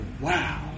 Wow